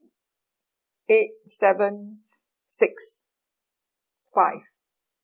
eight seven six five